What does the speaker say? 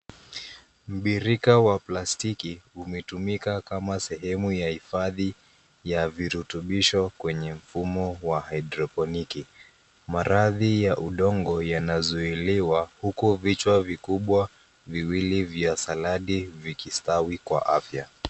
Mbirika wa plastiki umetumika kama sehemu ya hifadhi ya virutubisho kwenye mfumo wa hydroponiki. Maradhi ya udongo yanazuiliwa huku vichwa vikubwa viwili vya saladi vikistawi kwa afya.